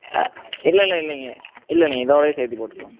இல்லை இல்லை இல்லைங்க இல்லை நீங்கள் இதோடையே சேர்த்தி போட்டுக்கலாமெங்க